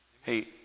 Hey